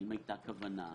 האם הייתה כוונה?